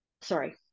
sorry